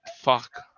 Fuck